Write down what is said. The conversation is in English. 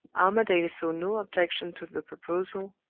armadale saw no objection to the proposal,